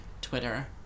Twitter